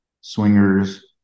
swingers